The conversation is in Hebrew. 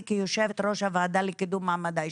כיושבת ראש הוועדה לקידום מעמד האישה,